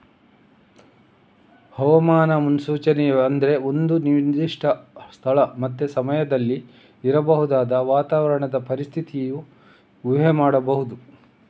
ಹವಾಮಾನ ಮುನ್ಸೂಚನೆ ಅಂದ್ರೆ ಒಂದು ನಿರ್ದಿಷ್ಟ ಸ್ಥಳ ಮತ್ತೆ ಸಮಯದಲ್ಲಿ ಇರಬಹುದಾದ ವಾತಾವರಣದ ಪರಿಸ್ಥಿತಿಯ ಊಹೆ ಮಾಡುದು